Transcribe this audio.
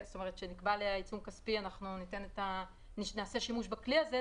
שנקבע עליה עיצום כספי נעשה שימוש בכלי הזה,